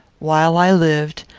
while i lived,